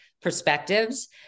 perspectives